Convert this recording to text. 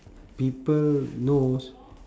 people knows